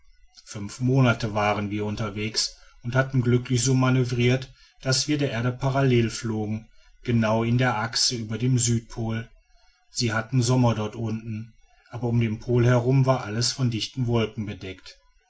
fünf monate waren wir unterwegs und hatten glücklich so manövriert daß wir der erde parallel flogen genau in der achse über dem südpol sie hatten sommer dort unten aber um den pol herum war alles von dichten wolken bedeckt